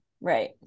Right